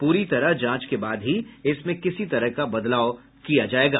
पूरी तरह जांच के बाद ही इसमें किसी तरह का बदलाव किया जायेगा